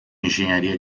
engenharia